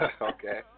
Okay